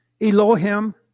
Elohim